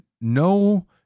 no